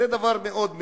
זה דבר מאוד מצער.